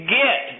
get